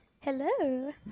Hello